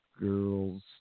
Girls